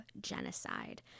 genocide